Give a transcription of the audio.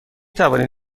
توانید